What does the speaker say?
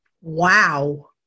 Wow